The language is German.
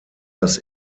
das